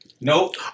Nope